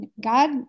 God